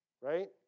right